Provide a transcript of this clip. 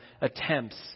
attempts